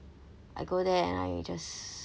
I go there and I just